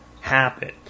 happen